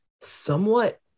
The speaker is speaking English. somewhat